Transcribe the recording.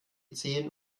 zehn